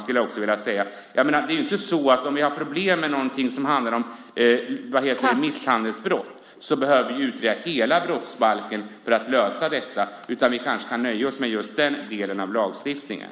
Slutligen vill jag säga att om vi har problem med till exempel misshandelsbrott behöver vi ju inte utnyttja hela brottsbalken för att lösa detta, utan vi kanske kan nöja oss med just den delen av lagstiftningen.